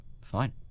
fine